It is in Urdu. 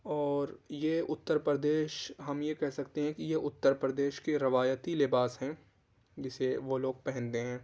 اور یہ اُتّر پردیش ہم یہ کہہ سکتے ہیں کہ یہ اُتّر پردیش کے روایتی لباس ہیں جسے وہ لوگ پہنتے ہیں